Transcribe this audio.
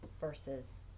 versus